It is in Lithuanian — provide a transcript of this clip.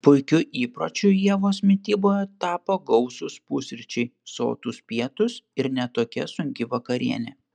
puikiu įpročiu ievos mityboje tapo gausūs pusryčiai sotūs pietūs ir ne tokia sunki vakarienė